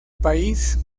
país